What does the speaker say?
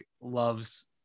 loves